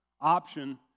option